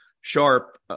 sharp